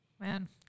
Man